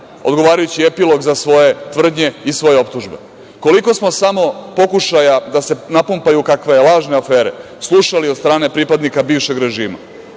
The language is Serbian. odgovarajući epilog za svoje tvrdnje i svoje optužbe. Koliko smo samo pokušaja da se napumpaju kakve lažne afere slušali od strane pripadnika bivšeg režima,